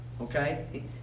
Okay